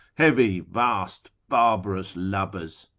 heavy, vast, barbarous lubbers?